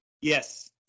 Yes